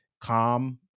calm